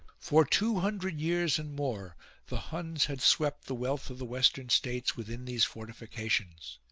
for two hundred years and more the huns had swept the wealth of the western states within these fortifications,